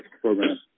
program